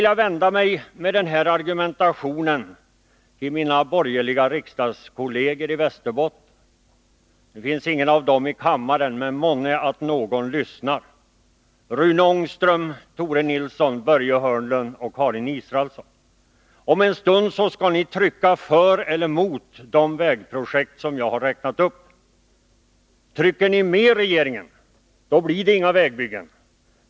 Jag vänder mig med den här argumentationen till mina borgerliga riksdagskolleger i Västerbotten — ingen av dem finns i kammaren, men månne någon lyssnar — Rune Ångström, Tore Nilsson, Börje Hörnlund och Karin Israelsson: Om en stund skall ni trycka för eller mot de vägprojekt jag räknat upp. Trycker ni med regeringen, blir det inga vägbyggen.